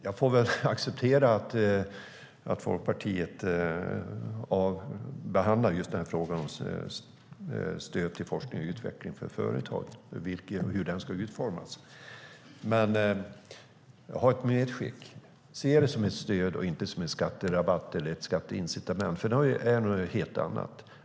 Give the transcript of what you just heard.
Jag får väl acceptera att Folkpartiet behandlar just frågan om stöd till forskning och utveckling för företag och hur den ska utformas, men jag har ett medskick: Se det som ett stöd och inte som en skatterabatt eller ett skatteincitament. Det är nämligen något helt annat.